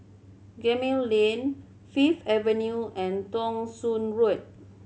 Gemmill Lane Fifth Avenue and Thong Soon Road